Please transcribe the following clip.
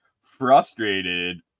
frustrated